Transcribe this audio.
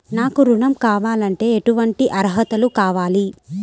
నాకు ఋణం కావాలంటే ఏటువంటి అర్హతలు కావాలి?